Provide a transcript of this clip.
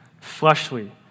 fleshly